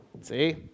See